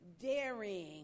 daring